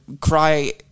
cry